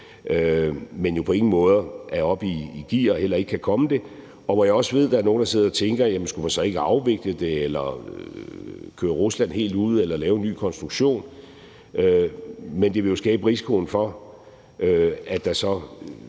det på ingen måder er oppe i gear og det heller ikke kan komme det, og hvor jeg også ved, at der er nogle, der sidder og tænker, om man så ikke skulle afvikle det eller køre Rusland helt ud eller lave en ny konstruktion. Men det vil skabe risikoen for, at der så